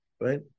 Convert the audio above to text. right